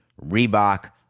Reebok